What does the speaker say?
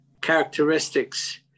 characteristics